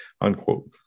unquote